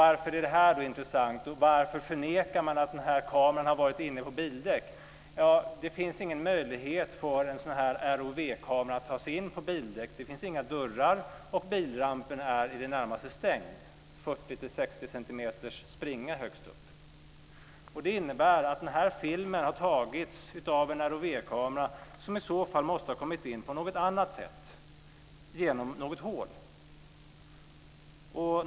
Varför är då detta intressant, och varför förnekar man att den här kameran har varit inne på bildäck? Ja, det finns ingen möjlighet för en ROV-kamera att ta sig in på bildäck. Det finns inga dörrar, och bilrampen är i det närmaste stängd med bara en 40-60 centimeters springa högst upp. Det innebär att den här filmen har tagits av en ROV kamera som i så fall måste ha kommit in på något annat sätt, genom något hål.